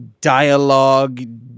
Dialogue